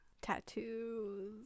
Tattoos